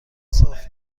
صاف